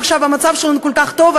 המצב שלנו עכשיו כל כך טוב,